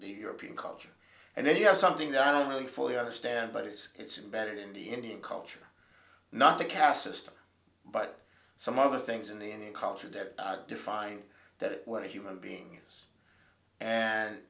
the european culture and then you have something that i don't really fully understand but it's it's imbedded in the indian culture not the caste system but some other things in the in a culture that define that what a human being has and